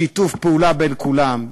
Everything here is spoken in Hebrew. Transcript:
שיתוף פעולה בין כולם,